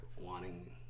Wanting